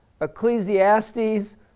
Ecclesiastes